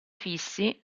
fissi